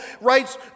writes